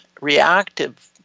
reactive